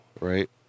Right